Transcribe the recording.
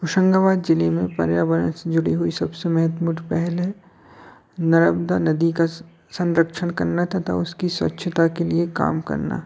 हुशंगाबाद ज़िले में पर्यावरण से जुड़ी हुई सबसे महत्वपूर्ण पहल है नर्मदा नदी का संरक्षण करना तथा उसकी स्वच्छता के लिए काम करना